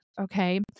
Okay